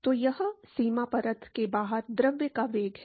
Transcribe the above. तो यह सीमा परत के बाहर द्रव का वेग है